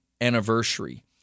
anniversary